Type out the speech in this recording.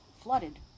flooded